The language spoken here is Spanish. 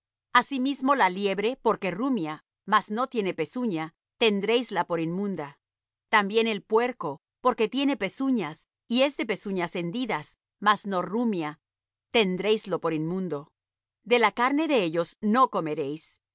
asimismo la liebre porque rumia mas no tiene pezuña tendréisla por inmunda también el puerco porque tiene pezuñas y es de pezuñas hendidas mas no rumia tendréislo por inmundo de la carne de ellos no comeréis